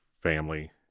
family